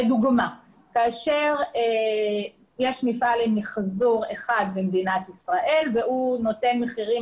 לדוגמה כאשר מפעל למיחזור אחד במדינת ישראל והוא נותן מחירים